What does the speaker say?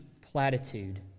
platitude